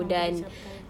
mampu capai